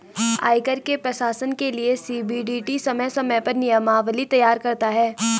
आयकर के प्रशासन के लिये सी.बी.डी.टी समय समय पर नियमावली तैयार करता है